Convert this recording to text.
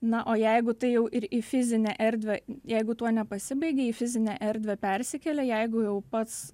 na o jeigu tai jau ir į fizinę erdvę jeigu tuo nepasibaigė į fizinę erdvę persikėlė jeigu jau pats